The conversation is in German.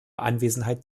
anwesenheit